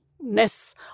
ness